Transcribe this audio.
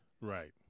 Right